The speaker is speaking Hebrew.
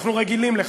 אנחנו רגילים לכך.